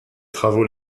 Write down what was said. travaux